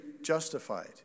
justified